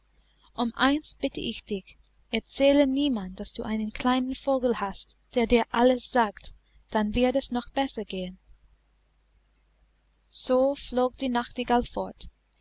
um eins bitte ich dich erzähle niemand daß du einen kleinen vogel hast der dir alles sagt dann wird es noch besser gehen so flog die nachtigall fort